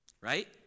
Right